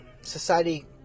society